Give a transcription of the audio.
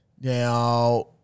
Now